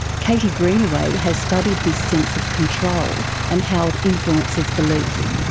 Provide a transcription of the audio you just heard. katie greenaway has studied this sense of control and how it influences belief.